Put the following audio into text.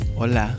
Hola